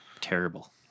terrible